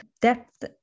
depth